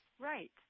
Right